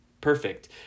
perfect